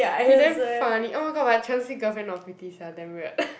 he damn funny oh my god but Qiang-Xi girlfriend not pretty sia damn weird